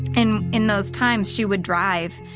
and in those times she would drive